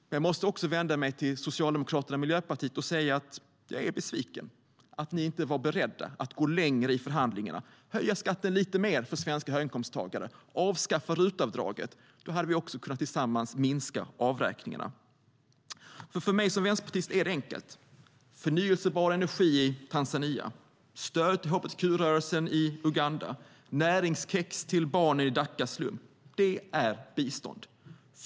Men jag måste också vända mig till Socialdemokraterna och Miljöpartiet och säga att jag är besviken över att ni inte var beredda att gå längre i förhandlingarna, höja skatten lite mer för svenska höginkomsttagare och avskaffa RUT-avdraget. Då hade vi också tillsammans kunnat minska avräkningarna. För mig som vänsterpartist är det enkelt. Förnybar energi i Tanzania, stöd till hbtq-rörelsen i Uganda och näringskex till barn i Dhakas slum är bistånd.